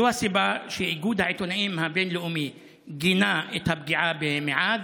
זו הסיבה שאיגוד העיתונאים הבין-לאומי גינה את הפגיעה במועאז,